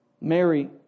Mary